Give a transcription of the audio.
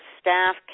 staff